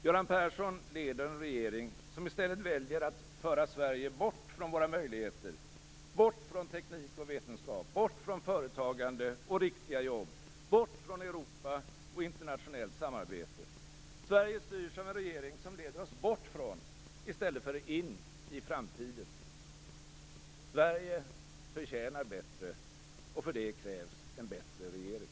Göran Persson leder en regering, som i stället väljer att föra Sverige bort från våra möjligheter, bort från teknik och vetenskap, bort från företagande och riktiga jobb, bort från Europa och internationellt samarbete. Sverige styrs av en regering som leder oss bort från - i stället för in i - framtiden. Sverige förtjänar bättre, och för det krävs en bättre regering!